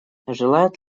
желает